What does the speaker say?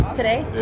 today